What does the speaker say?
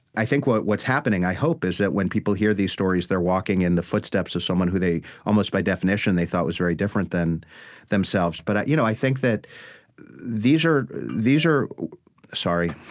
think what's what's happening, i hope, is that when people hear these stories, they're walking in the footsteps of someone who they, almost by definition, they thought was very different than themselves. but i you know i think that these are these are sorry.